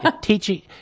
teaching